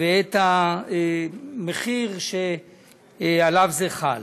ואת המחיר שעליו זה חל: